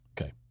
Okay